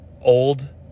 old